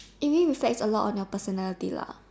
it really reflects a lot on your personality lah